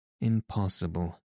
Impossible